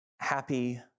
happy